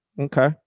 Okay